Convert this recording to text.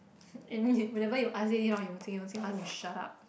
and then whenever you ask anything to Yuan-Jing you will ask me to shut up